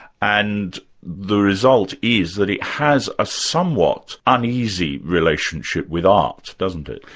and the result is that it has a somewhat uneasy relationship with art, doesn't it?